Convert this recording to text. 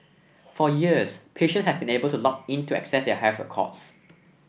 for years patients have been able to log in to access their health records